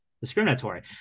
Discriminatory